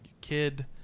kid